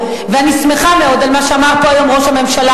ואני שמחה מאוד על מה שאמר פה היום ראש הממשלה,